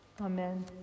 Amen